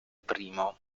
primo